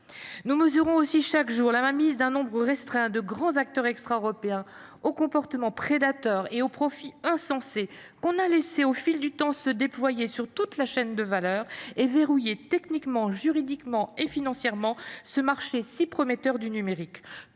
Nous mesurons aussi chaque jour la mainmise d’un nombre restreint de grands acteurs extra européens, aux comportements prédateurs et aux profits insensés, que l’on a laissés au fil du temps se déployer sur toute la chaîne de valeur, et verrouiller techniquement, juridiquement et financièrement ce marché si prometteur du numérique.